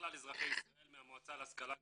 ככלל אזרחי ישראל מהמועצה להשכלה גבוהה,